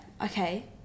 Okay